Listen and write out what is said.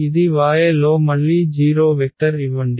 ఇది Y లో మళ్ళీ 0 వెక్టర్ ఇవ్వండి